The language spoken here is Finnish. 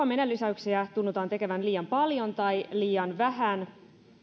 menolisäyksiä tunnutaan tehtävän liian paljon tai liian vähän